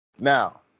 now